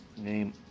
Name